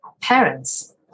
parents